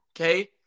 okay